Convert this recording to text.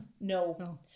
no